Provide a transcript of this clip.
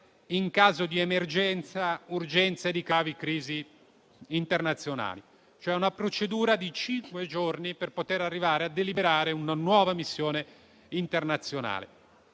in caso di emergenza e urgenza e di gravi crisi internazionali. Si prevede una procedura di cinque giorni per poter deliberare una nuova missione internazionale.